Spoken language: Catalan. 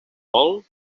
vol